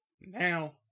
now